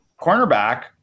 cornerback